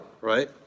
right